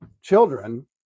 children